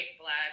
black